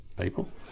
people